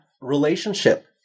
relationship